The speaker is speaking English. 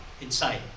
inside